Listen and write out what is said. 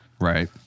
right